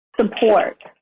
support